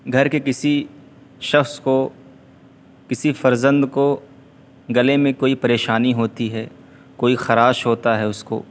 گھر کے کسی شخص کو کسی فرزند کو گلے میں کوئی پریشانی ہوتی ہے کوئی خراش ہوتا ہے اس کو